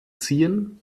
ziehen